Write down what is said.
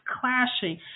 clashing